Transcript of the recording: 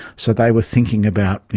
so they were thinking about,